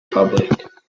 public